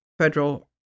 federal